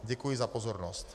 Děkuji za pozornost.